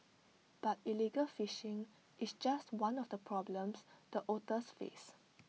but illegal fishing is just one of the problems the otters face